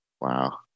Wow